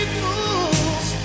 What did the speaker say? fools